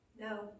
no